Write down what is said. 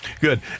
Good